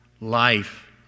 life